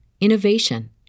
innovation